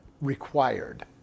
required